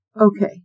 Okay